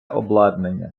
обладнання